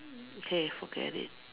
okay forget it